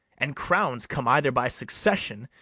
and crowns come either by succession,